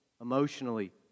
emotionally